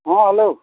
ᱦᱮᱸ ᱦᱮᱞᱳ